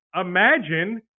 imagine